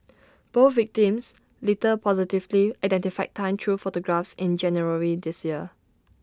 both victims later positively identified Tan through photographs in January this year